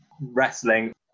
wrestling